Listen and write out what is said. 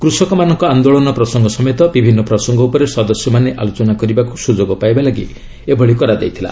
କୃଷକମାନଙ୍କ ଆନ୍ଦୋଳନ ପ୍ରସଙ୍ଗ ସମେତ ବିଭିନ୍ନ ପ୍ରସଙ୍ଗ ଉପରେ ସଦସ୍ୟମାନେ ଆଲୋଚନା କରିବାକୁ ସୁଯୋଗ ପାଇବା ପାଇଁ ଏଭଳି କରାଯାଇଥିଲା